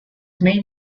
main